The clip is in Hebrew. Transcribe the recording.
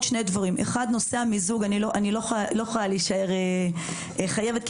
בנושא המיזוג אני לא יכולה להישאר חייבת כי